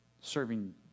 serving